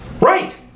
Right